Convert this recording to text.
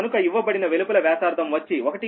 కనుక ఇవ్వబడిన వెలుపల వ్యాసార్థం వచ్చి 1